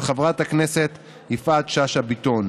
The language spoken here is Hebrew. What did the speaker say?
של חברת הכנסת יפעת שאשא ביטון,